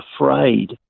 afraid